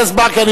חבר הכנסת ברכה,